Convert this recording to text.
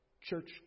church